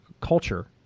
culture